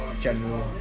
general